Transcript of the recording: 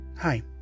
Hi